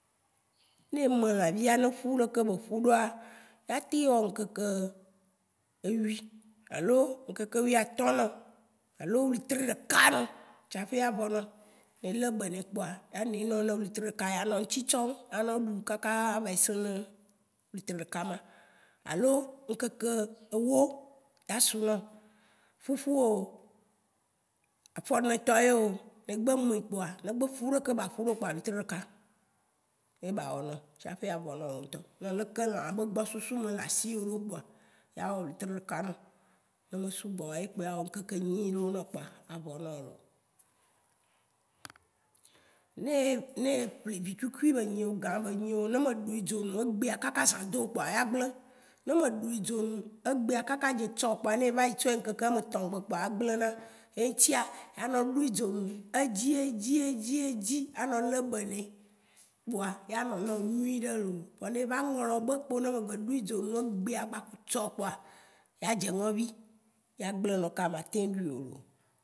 Né émè lãvia né éƒu ɖeke éƒuɖoa, ateŋ wɔ ŋ'keke éwi. Alo ŋ'keke wuiatɔ̃ nɔ. alo wétri ɖéka nɔ, tsaĎ a vɔ nɔ. Elébénè kpoa, aninɔ né wétri ɖeka yea, anɔ ŋ'tsi tsɔ̃. A nɔ ɖu kaka va yi sĩ nɛ wétri ɖeka ma. Alo, ŋ'keke éwo. A su nɔ. Fufuo, fɔnè tɔ yéo, né egbé mè kpoa, né egbé ƒu ɖéké ba ƒu ɖo kpoa, wétri ɖeka yé ba wɔ nɔ tsaĎ a vɔ nɔ wo ŋ'tɔ. Né léké lã be gbɔsusume lé asio ɖo kpoa, ya wɔ wétri ɖéka nɔ. Né me sugbɔ, ye kpo awɔ ŋ'keke nyi ɖewo nawo kpoa a vɔ nawo lo. Né. né e ƒlé, vitsukui bé nyio, gã bé nyio, né me ɖui dzo nu égbéa keke zã do kpoa, ya gblé. Ne me ɖui dzo nu égbéa kaka dzé tsɔo kpoa né va yi tsɔe ŋ'kéké ame tɔ̃ gbé koa é gléna. Yé ŋ'tsia, ya nɔ ɖui dzo nu edziedzi edziedzi a nɔ lé benɛ. kpoa, anɔ nawò nyuiɖé loo. Vɔ né va ŋlɔbé kpo né me gbé ɖui dzo nu égbéa gbaku tso kpoa. ya dzé ŋɔ̃vi, ya gblénɔo ka ma teŋ duio loo.